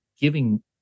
giving